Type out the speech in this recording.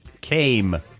came